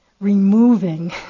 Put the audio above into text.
removing